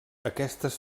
aquestes